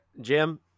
Jim